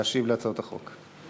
להשיב על הצעות החוק.